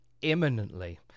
imminently